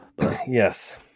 Yes